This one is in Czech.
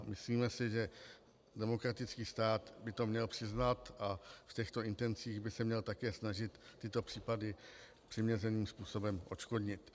Myslíme si, že demokratický stát by to měl přiznat a v těchto intencích by se měl také snažit tyto případy přiměřeným způsobem odškodnit.